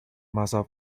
massa